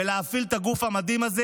ולהפעיל את הגוף המדהים הזה,